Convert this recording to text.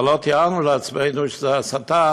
אבל לא תיארנו לעצמנו שזו הסתה